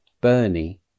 Bernie